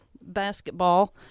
basketball